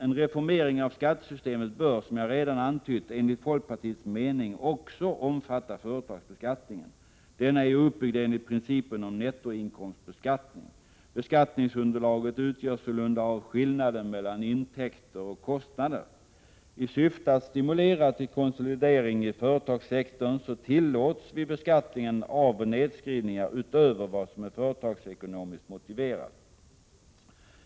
En reformering av skattesystemet bör, som jag redan har antytt, enligt folkpartiets mening också omfatta företagsbeskattningen. Denna är ju uppbyggd enligt principen om nettoinkomstbeskattning. Beskattningsunderlaget utgörs sålunda av skillnaden mellan intäkter och kostnader. I syfte att stimulera till konsolidering i företagssektorn tillåts vid beskattningen avoch nedskrivningar utöver vad som är företagsekonomiskt motiverat.